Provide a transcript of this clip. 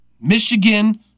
Michigan